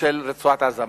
של רצועת-עזה.